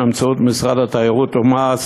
באמצעות משרד התיירות ומע"צ,